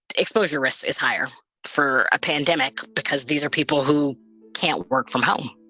exposure risk is higher for a pandemic because these are people who can't work from home